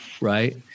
Right